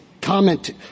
comment